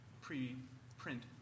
pre-print